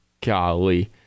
Golly